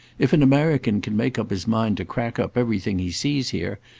if an american can make up his mind to crack up everything he sees here,